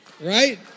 Right